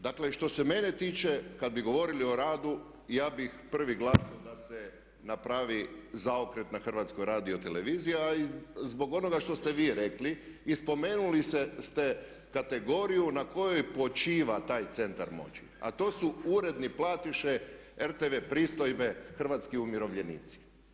Dakle što se mene tiče kada bi govorili o radu ja bih prvi glasovao da se napravi zaokret na HRT-u a i zbog onoga što ste vi rekli i spomenuli ste kategoriju na kojoj počiva taj centar moći a to su uredni platiše RTV pristojbe hrvatski umirovljenici.